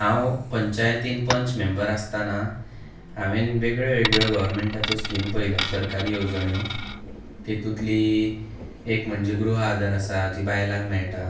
हांव पंचायतीन पंच मेंबर आसतना हांवें वेगळ्यो वेगळ्यो गोरमेंटाच्यो स्कीम पळयल्या सरकारी येवजण्यो तितुतली एक म्हणजे गृह आदार आसा जी बायलांक मेळटा